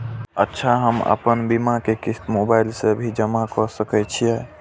अच्छा हम आपन बीमा के क़िस्त मोबाइल से भी जमा के सकै छीयै की?